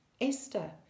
Esther